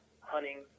hunting